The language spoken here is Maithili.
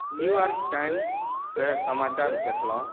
न्यूयॉर्क टाइम्सके समाचार देखाऊ